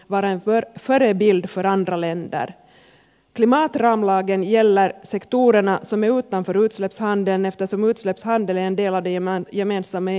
klimatramlagen gäller sektorerna som är utanför utsläppshandeln eftersom utsläppshandel är en del av den gemensamma eu klimatpolitiken